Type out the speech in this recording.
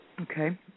Okay